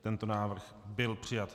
Tento návrh byl přijat.